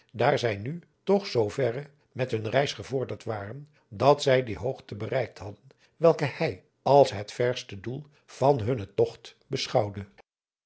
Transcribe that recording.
daar zij nu toch zoo verre met hunne reis gevorderd waren dat zij die hoogte bereikt hadden welke hij als het verste doel van hunnen togt beschouwde